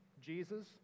Jesus